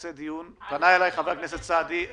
פנה אליי חבר הכנסת סעדי,